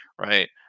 right